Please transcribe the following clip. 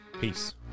peace